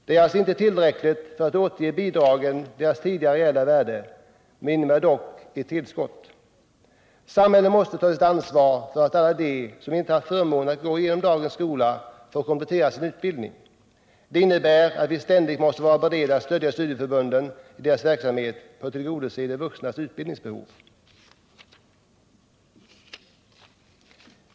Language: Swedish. Den är alltså inte tillräcklig för att återge bidragen deras tidigare reella värde — men innebär dock ett tillskott. Samhället måste ta ett ansvar för att alla de som inte haft förmånen att gå igenom dagens skola får komplettera sin utbildning. Det innebär att vi ständigt måste vara beredda att stödja studieförbunden i deras verksamhet för att tillgodose de vuxnas utbildningsbehov.